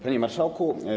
Panie Marszałku!